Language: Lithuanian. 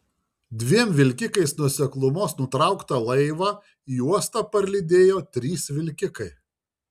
dviem vilkikais nuo seklumos nutrauktą laivą į uostą parlydėjo trys vilkikai